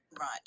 Right